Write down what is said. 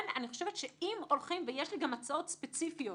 יש לי גם הצעות ספציפיות.